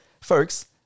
folks